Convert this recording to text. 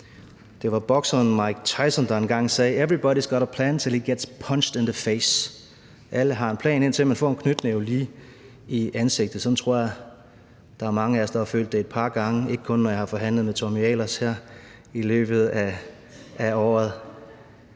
get punched in the face . Det vil sige, at alle har en plan, indtil man får en knytnæve lige i ansigtet. Sådan tror jeg der er mange af os der har følt det et par gange – ikke kun, når jeg har forhandlet med Tommy Ahlers her i løbet af året.